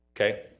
Okay